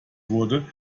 wurde